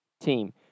team